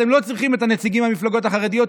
אתם לא צריכים את הנציגים מהמפלגות החרדיות,